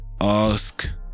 Ask